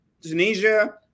Tunisia